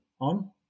on